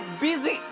busy